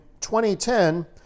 2010